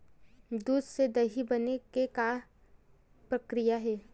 दूध से दही बने के का प्रक्रिया हे?